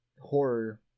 horror